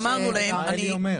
אמרנו להם.